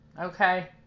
okay